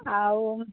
ଆଉ